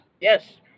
Yes